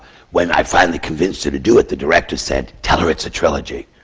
when i finally convinced her to do it, the director said, tell her it's a trilogy!